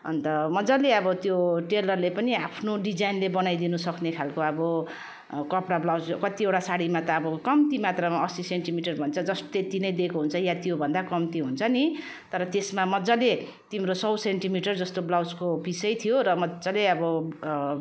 अन्त मजाले अब त्यो टेलरले पनि आफ्नो डिजाइनले बनाइदिनु सक्ने खाले अब कपडा ब्लाउज कतिवटा साडीमा त अब कम्ती मात्रामा असी सेन्टि मिटर भन्छ जस्ट त्यति नै दिएको हुन्छ वा त्यो भन्दा कम्ती हुन्छ नि तर त्यसमा मजाले तिम्रो सय सेन्टि मिटर जस्तो ब्लाउजको पिसै थियो र मजाले अब